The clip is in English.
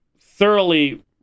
thoroughly